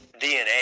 DNA